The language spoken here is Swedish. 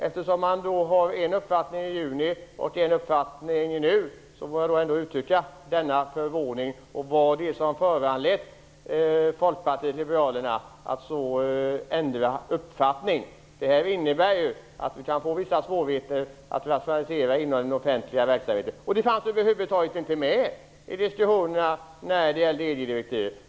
Eftersom man har en uppfattning i juni och en annan nu, måste jag uttrycka denna förvåning och fråga vad det är som föranlett Folkpartiet liberalerna att så ändra uppfattning. Detta innebär att vi kan få vissa svårigheter att rationalisera inom den offentliga verksamheten. Det fanns över huvud taget inte med i diksussionerna om EG-direktivet.